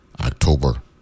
October